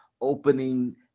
opening